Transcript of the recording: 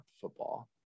football